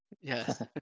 Yes